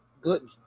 good